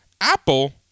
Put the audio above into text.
Apple